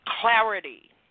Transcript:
clarity